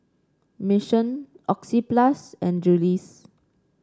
Mission Oxyplus and Julie's